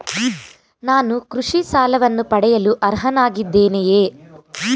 ನಾನು ಕೃಷಿ ಸಾಲವನ್ನು ಪಡೆಯಲು ಅರ್ಹನಾಗಿದ್ದೇನೆಯೇ?